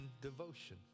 devotion